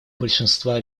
большинства